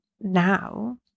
now